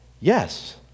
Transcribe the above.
yes